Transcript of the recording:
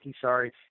sorry